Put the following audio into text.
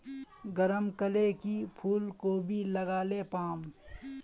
गरम कले की फूलकोबी लगाले पाम?